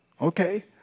okay